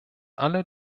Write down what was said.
alle